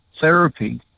therapy